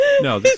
No